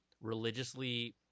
religiously